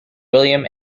william